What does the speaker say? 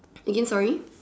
again sorry